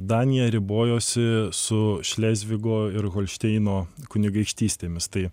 danija ribojosi su šlezvigo ir holšteino kunigaikštystėmis tai